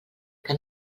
que